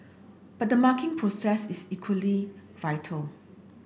but the marking process is equally vital